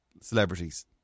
celebrities